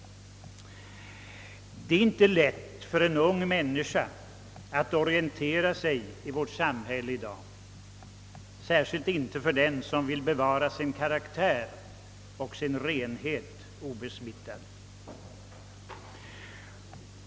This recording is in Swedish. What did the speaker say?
Det är inte lätt för en ung människa att orientera sig i vårt samhälle i dag. Särskilt inte för den som vill bevara sin karaktär och sin renhet obesmittad.